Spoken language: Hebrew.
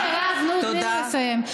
עזבי, מירב, נו, תני לסיים.